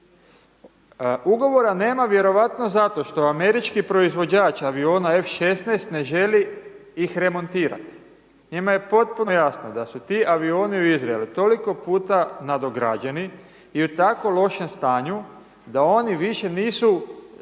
Ugovora nema vjerovatno zato što američki proizvođač aviona F-16 ne želi ih remontirat, njima je potpuno jasno da su ti avioni u Izraelu toliko puta nadograđeni i u tako lošem stanju da oni više nisu